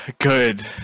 good